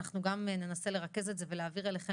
אנחנו גם ננסה לרכז את זה ולהעביר אליכם